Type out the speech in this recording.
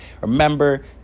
Remember